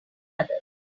others